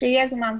כשיהיה זמן.